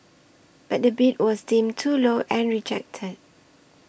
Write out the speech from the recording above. but the bid was deemed too low and rejected